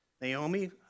Naomi